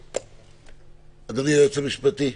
אדוני היועץ המשפטי,